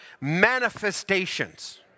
manifestations